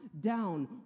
down